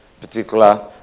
particular